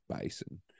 basin